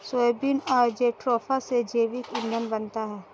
soybean और jatropha से जैविक ईंधन बनता है